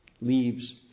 leaves